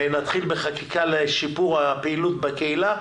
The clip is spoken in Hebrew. ונתחיל בחקיקה לשיפור הפעילות בקהילה,